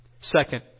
Second